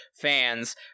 fans